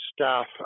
staff